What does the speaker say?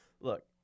Look